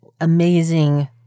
amazing